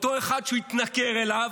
אותו אחד שהוא התנכר אליו,